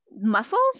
muscles